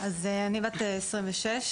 אז אני בת 26,